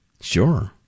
Sure